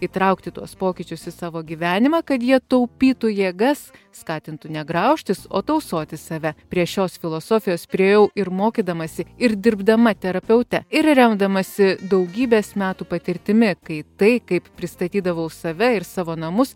įtraukti tuos pokyčius į savo gyvenimą kad jie taupytų jėgas skatintų ne graužtis o tausoti save prie šios filosofijos priėjau ir mokydamasi ir dirbdama terapeute ir remdamasi daugybės metų patirtimi kai tai kaip pristatydavau save ir savo namus